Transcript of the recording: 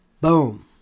Boom